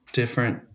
different